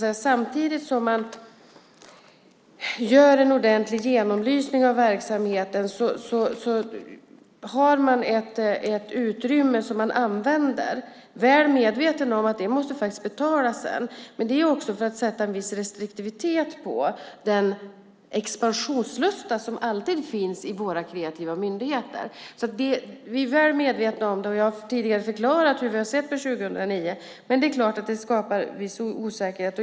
Samtidigt som man gör en ordentlig genomlysning av verksamheten har man ett utrymme som man använder, och man är väl medveten om att det faktiskt måste betalas sedan. Det gör man för att skapa en viss restriktivitet när det gäller den expansionslusta som alltid finns i våra kreativa myndigheter. Vi är väl medvetna om det, och jag har tidigare förklarat hur vi har sett på 2009. Men det är klart att det skapar en viss osäkerhet.